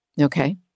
Okay